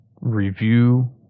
review